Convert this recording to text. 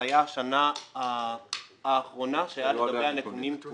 זו הייתה השנה האחרונה שהיה לגביה נתונים כי